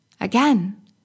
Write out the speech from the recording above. Again